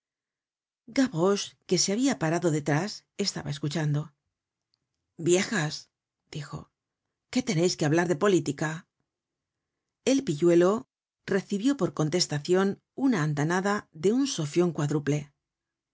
cama gavroche que se habia parado detrás estaba escuchando viejas dijo qué teneis que hablar de política el pihuelo recibió por contestacion una andanada de un sofion cuádruple vaya